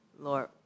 Lord